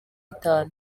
itanu